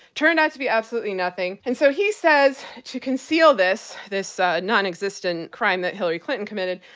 turned out to be absolutely nothing. and so, he says to conceal this, this nonexistent crime that hillary clinton committed,